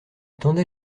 tendait